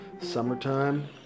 summertime